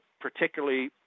particularly